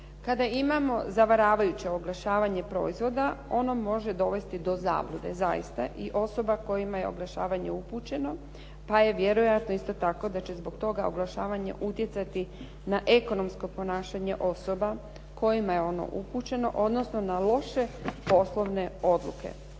Kada imamo zavaravajuće oglašavanje proizvoda ono može dovesti do zablude zaista, i osoba kojima je oglašavanje upućeno, pa je vjerojatno isto tako da će zbog toga oglašavanje utjecati na ekonomsko ponašanje osoba kojima je ono upućeno, odnosno na loše poslovne odluke.